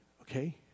okay